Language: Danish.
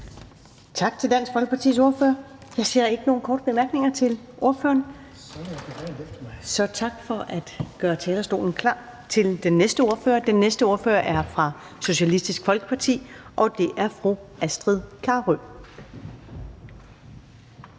Tak til Dansk Folkepartis ordfører. Jeg ser ikke, at der er nogen korte bemærkninger til ordføreren. Og tak for at gøre talerstolen klar til den næste ordfører. Den næste ordfører er fra Socialistisk Folkeparti, og det er fru Astrid Carøe.